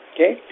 Okay